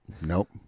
Nope